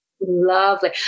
Lovely